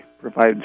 provides